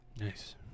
Nice